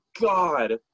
God